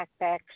backpacks